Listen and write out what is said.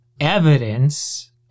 evidence